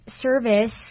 service